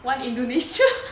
one indonesia